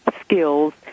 skills